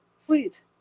Fleet